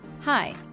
Hi